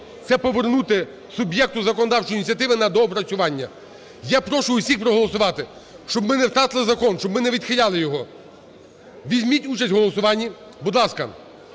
це повернути суб'єкту законодавчої ініціативи на доопрацювання. Я прошу всіх проголосувати, щоб ми не втратили закон, щоб ми не відхиляли його, візьміть участь в голосуванні, будь ласка.